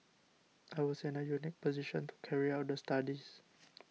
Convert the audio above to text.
I was in a unique position to carry out the studies